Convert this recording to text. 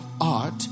art